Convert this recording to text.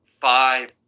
five